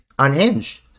unhinged